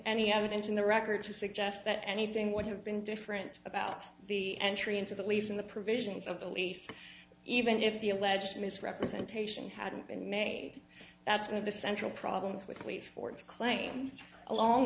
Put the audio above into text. any evidence in the record to suggest that anything would have been different about the entry into the lease in the provisions of the lease even if the alleged misrepresentation hadn't been made that's one of the central problems with lease for its claim along